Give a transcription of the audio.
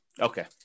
Okay